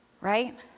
Right